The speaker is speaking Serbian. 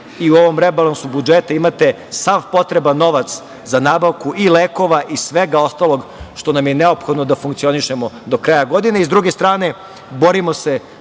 i u ovom rebalansu budžeta imate sav potreban novac za nabavku i lekova i svega ostalog što nam je neophodno da funkcionišemo.S druge strane,